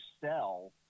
sell